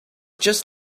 just